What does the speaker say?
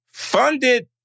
funded